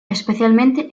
especialmente